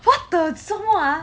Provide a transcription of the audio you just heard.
what the 做么 ah